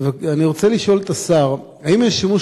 אני רוצה לשאול את השר: 1. האם אין שימוש